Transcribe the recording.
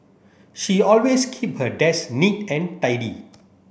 she always keep her desk neat and tidy